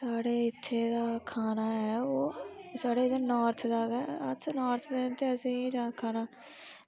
साढ़े इत्थै दा खाना ऐ ओह् साढ़े इत्थै नार्थ दा गै अस नार्थ दे न असें एह् खाना